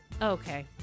Okay